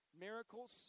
miracles